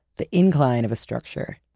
the incline of a structure.